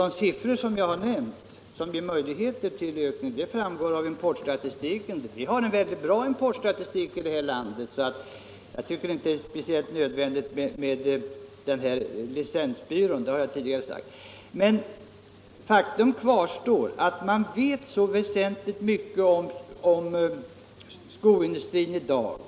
De siffror som jag har nämnt visar att det finns möjligheter till ökning. Det framgår av importstatistiken. Vi har en väldigt bra importstatistik i det här landet, så jag tycker inte det är speciellt nödvändigt med licensbyrån;, det har jag tidigare sagt. Men faktum kvarstår att man vet så mycket om skoindustrin i dag.